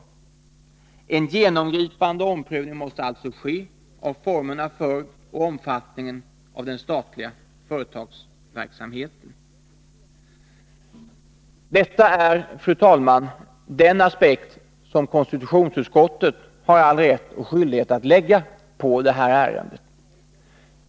En rande den statliga genomgripande omprövning måste alltså ske av formerna för och omfatt — affärsverksamningen av den statliga företagsverksamheten. heten Detta är, fru talman, den aspekt som konstitutionsutskottet har rätt och skyldighet att lägga på det här ärendet.